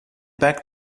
back